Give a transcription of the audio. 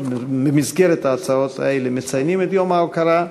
ובמסגרת ההצעות האלה אנו מציינים את יום ההוקרה.